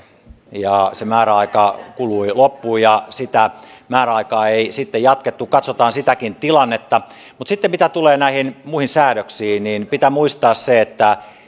ja se määräaika kului loppuun ja sitä määräaikaa ei sitten jatkettu katsotaan sitäkin tilannetta mutta mitä sitten tulee näihin muihin säädöksiin niin pitää muistaa se että